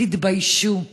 תתביישו.